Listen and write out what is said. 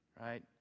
Right